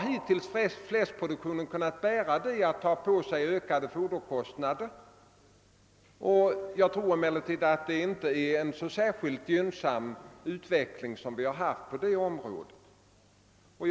Hittills har fläskproduktionen kunnat bära de ökade foderkostnaderna, men det är inte någon gynnsam utveckling vi har på det området.